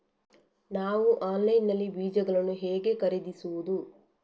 ನಾವು ಆನ್ಲೈನ್ ನಲ್ಲಿ ಬೀಜಗಳನ್ನು ಹೇಗೆ ಖರೀದಿಸುವುದು?